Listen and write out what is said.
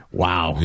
Wow